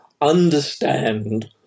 understand